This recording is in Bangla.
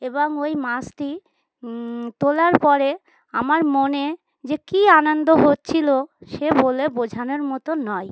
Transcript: এবং ওই মাছটি তোলার পরে আমার মনে যে কী আনন্দ হচ্ছিল সে বলে বোঝানোর মতো নয়